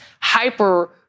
hyper